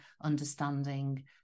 understanding